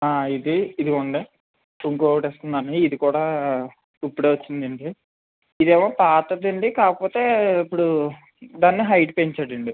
ఇది ఇదిగోనండీ ఇంకోకటి ఇస్తున్నాను ఇది కూడా ఇప్పుడే వచ్చిందండి ఇదేమో పాతదండి కాకపోతే ఇప్పుడు దాన్ని హైట్ పెంచాడండి